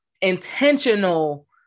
intentional